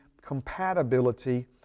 compatibility